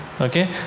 Okay